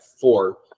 four